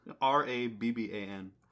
R-A-B-B-A-N